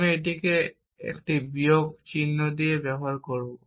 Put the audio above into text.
আমি এটিকে একটি বিয়োগ চিহ্ন হিসাবে ব্যবহার করব